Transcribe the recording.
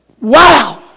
Wow